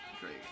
great